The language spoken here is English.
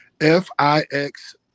F-I-X-